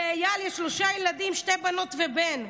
לאייל יש שלושה ילדים, שתי בנות ובן.